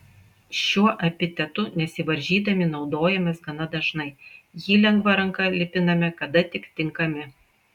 šiuo epitetu nesivaržydami naudojamės gana dažnai jį lengva ranka lipiname kada tik tinkami